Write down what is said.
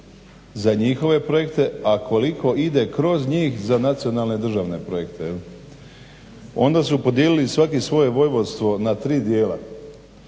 za njihove projekte, a koliko ide kroz njih za nacionalne državne projekte. Onda su podijelili svaki svoje vojvodstvo na tri dijela,